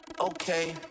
Okay